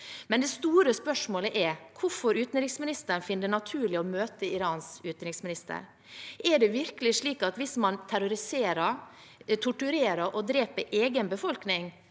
Det store spørsmålet er hvorfor utenriksministeren finner det naturlig å møte Irans utenriksminister. Er det virkelig slik at hvis et regime terroriserer, torturerer og dreper egen befolkning,